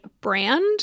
brand